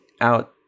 out